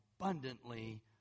abundantly